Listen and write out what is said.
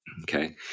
Okay